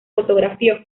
fotografió